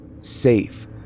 safe